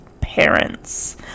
parents